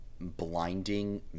blinding